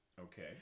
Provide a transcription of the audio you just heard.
Okay